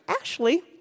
Ashley